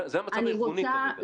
זה המצב הארגוני כרגע.